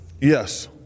Yes